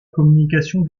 communication